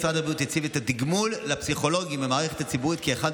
משרד הבריאות הציב את התגמול לפסיכולוגים במערכת הציבורית כאחד